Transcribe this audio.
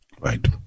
Right